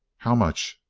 how much?